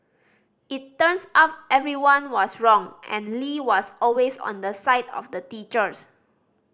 it turns out everyone was wrong and Lee was always on the side of the teachers